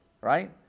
right